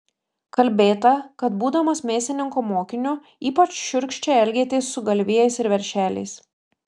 kalbėta kad būdamas mėsininko mokiniu ypač šiurkščiai elgėtės su galvijais ir veršeliais